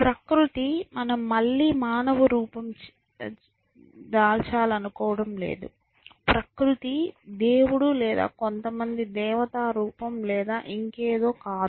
ప్రకృతి మనం మళ్ళీ మానవరూపం చేయాలనుకోవడం లేదు ప్రకృతి దేవుడు లేదా కొంతమంది దేవతా రూపం లేదా ఇంకేదో కాదు